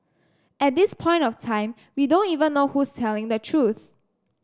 at this point of time we don't even know who's telling the truth